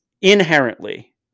inherently